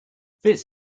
this